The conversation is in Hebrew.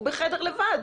הוא בחדר לבד.